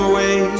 Away